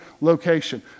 location